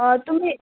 অঁ তুমি